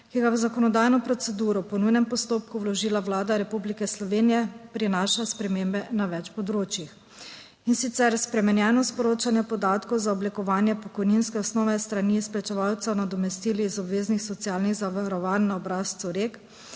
ki ga je v zakonodajno proceduro po nujnem postopku vložila Vlada Republike Slovenije, prinaša spremembe na več področjih, in sicer spremenjeno sporočanje podatkov za oblikovanje pokojninske osnove s strani izplačevalcev nadomestil iz obveznih socialnih zavarovanj na obrazcu REK.